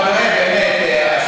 אבל באמת,